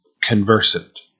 conversant